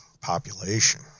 population